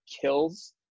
kills